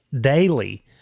daily